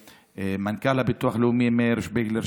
למנכ"ל הביטוח הלאומי מאיר שפיגלר,